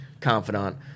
confidant